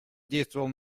действовал